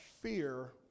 fear